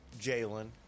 Jalen